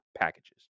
packages